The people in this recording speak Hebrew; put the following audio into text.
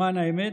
למען האמת,